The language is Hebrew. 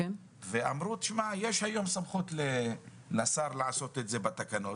והם אמרו שיש היום סמכות לשר לעשות את זה בתקנות.